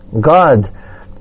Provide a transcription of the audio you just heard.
God